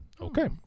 Okay